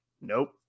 nope